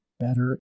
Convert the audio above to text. better